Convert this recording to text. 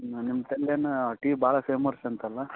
ನಾನು ನಿಮ್ಮ ತಂದೆನ ಟೀ ಭಾಳ ಫೇಮಸ್ ಅಂತಲ್ಲ